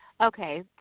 Okay